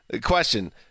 question